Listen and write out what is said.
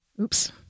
Oops